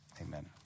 Amen